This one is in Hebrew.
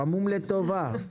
המום לטובה.